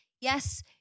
yes